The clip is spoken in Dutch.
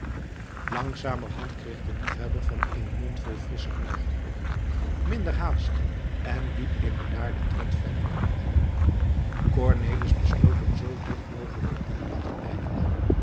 langzamerhand kreeg de liefhebber van eenen mondvol frissche morgenlucht minder haast en liep in bedaarden tred verder cornelis besloot hem zoo dicht mogelijk op de hielen te blijven